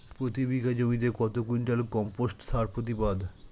প্রতি বিঘা জমিতে কত কুইন্টাল কম্পোস্ট সার প্রতিবাদ?